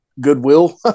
goodwill